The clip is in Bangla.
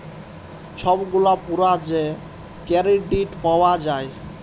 ছব গুলা পুরা যে কেরডিট পাউয়া যায়